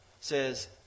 Says